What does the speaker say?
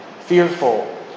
fearful